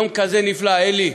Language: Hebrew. יום כזה נפלא, אלי,